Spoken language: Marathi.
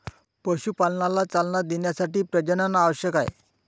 पशुपालनाला चालना देण्यासाठी प्रजनन आवश्यक आहे